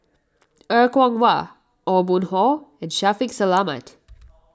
Er Kwong Wah Aw Boon Haw and Shaffiq Selamat